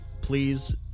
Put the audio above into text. Please